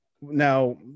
Now